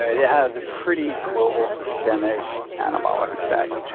it has a pretty global systemic anabolic effect,